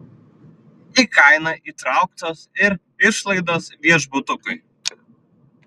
į kainą įtrauktos ir išlaidos viešbutukui